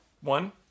one